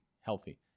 healthy